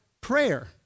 prayer